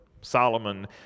Solomon